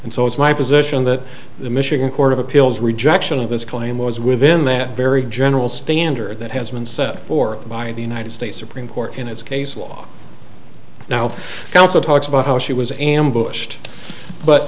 and so it's my position that the michigan court of appeals rejection of this claim was within that very general standard that has been set forth by the united states supreme court in its case law now counsel talks about how she was ambushed but